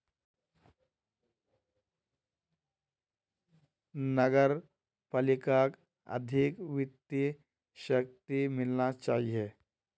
नगर पालिकाक अधिक वित्तीय शक्ति मिलना चाहिए